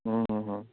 ଉଁ ହୁଁ ହୁଁ